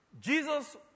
Jesus